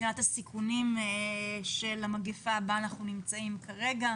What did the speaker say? מבחינת הסיכונים של המגיפה כרגע,